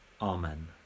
Amen